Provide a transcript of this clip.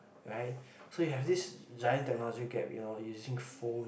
right so we have this giant technology gap you know using phone